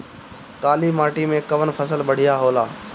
काली माटी मै कवन फसल बढ़िया होला?